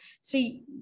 See